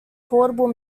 portable